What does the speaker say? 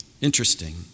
interesting